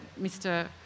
Mr